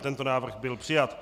Tento návrh byl přijat.